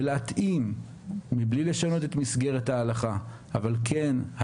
ולהתאים מבלי לשנות את מסגרת ההלכה - הלכה